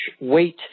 weight